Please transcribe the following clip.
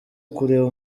kureba